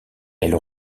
elle